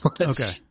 Okay